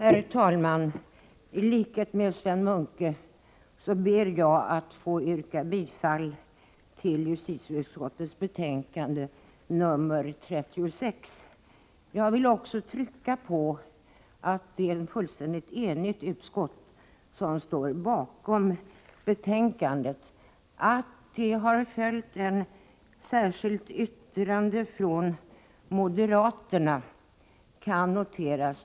Herr talman! I likhet med Sven Munke ber jag att få yrka bifall till hemställan i justitieutskottets betänkande nr 36. Jag vill också understryka det faktum att det är ett fullständigt enigt utskott som står bakom betänkandet. Att moderaterna avgett ett särskilt yttrande kan noteras.